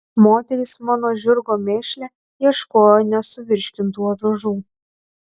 moterys mano žirgo mėšle ieškojo nesuvirškintų avižų